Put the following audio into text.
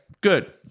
good